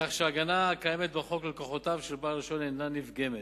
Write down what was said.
כך שההגנה הקיימת בחוק ללקוחותיו של בעל הרשיון אינה נפגמת.